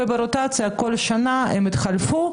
וכל שנה הם יתחלפו.